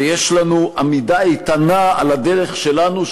ויש לנו עמידה איתנה על הדרך שלנו,